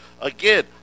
again